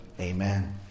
Amen